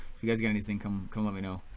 if you guys got anything come come let me know.